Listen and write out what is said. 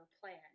plan